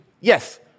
yes